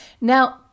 Now